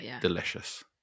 delicious